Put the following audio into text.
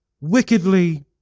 wickedly